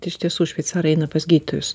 iš tiesų šveicarai eina pas gydytojus